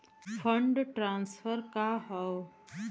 Fund transfer का हव?